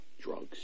drugs